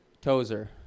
Tozer